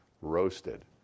Roasted